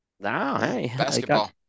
Basketball